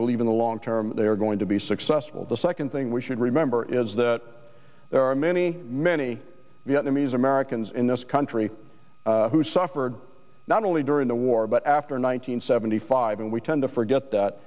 believe in the long term they're going to be successful the second thing we should remember is that there are many many vietnamese americans in this country who suffered not only during the war but after one thousand nine hundred seventy five and we tend to forget that